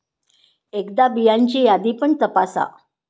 एकदा बियांची यादी पण तपासा